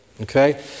Okay